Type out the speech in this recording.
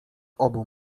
obu